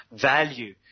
value